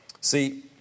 See